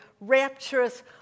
rapturous